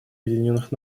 объединенных